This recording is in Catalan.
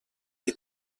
que